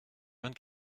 vingt